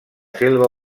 selva